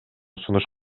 сунуш